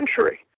century